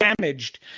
damaged